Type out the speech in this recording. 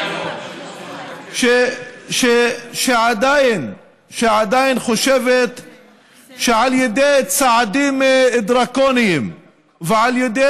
ממשלה שעדיין חושבת שעל ידי צעדים דרקוניים ועל ידי